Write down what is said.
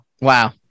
wow